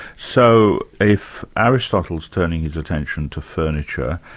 so if aristotle's turning his attention to furniture,